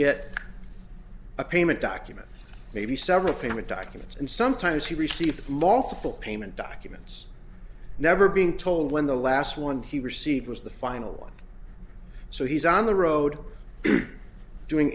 get a payment document maybe several things with documents and sometimes he received multiple payment documents never being told when the last one he received was the final one so he's on the road doing